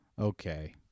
Okay